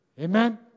Amen